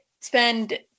spend